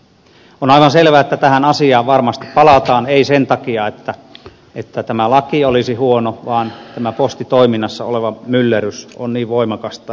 on aivan selvää että tähän asiaan varmasti palataan ei sen takia että tämä laki olisi huono vaan siksi että postitoiminnassa oleva myllerrys on niin voimakasta